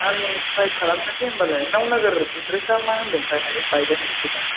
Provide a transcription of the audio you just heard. आं ट्राइ खालामनोसै होनबालाय नौनोगोर एडड्रेसा मा होनदोंथाय बाइलेन बेसेबां